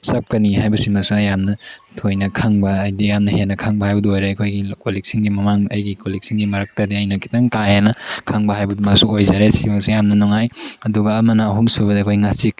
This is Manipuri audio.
ꯆꯞꯀꯅꯤ ꯍꯥꯏꯕꯁꯤꯃꯁꯨ ꯌꯥꯝꯅ ꯊꯣꯏꯅ ꯈꯪꯕ ꯍꯥꯏꯗꯤ ꯌꯥꯝꯅ ꯍꯦꯟꯅ ꯈꯪꯕ ꯍꯥꯏꯕꯗꯨ ꯑꯣꯏꯔꯦ ꯑꯩꯈꯣꯏꯒꯤ ꯀꯣꯂꯤꯡꯁꯤꯡꯒꯤ ꯃꯃꯥꯡꯗ ꯑꯩꯒꯤ ꯀꯣꯂꯤꯛꯁꯤꯡꯒꯤ ꯃꯔꯝꯇꯗꯤ ꯑꯩꯅ ꯈꯤꯇꯪ ꯀꯥ ꯍꯦꯟꯅ ꯈꯪꯕ ꯍꯥꯏꯕꯗꯨꯃꯁꯨ ꯑꯣꯏꯖꯔꯦ ꯁꯤꯃꯁꯨ ꯌꯥꯝꯅ ꯅꯨꯡꯉꯥꯏ ꯑꯗꯨꯒ ꯑꯃꯅ ꯑꯍꯨꯝ ꯁꯨꯕꯗ ꯑꯩꯈꯣꯏ ꯉꯥꯆꯤꯛ